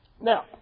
Now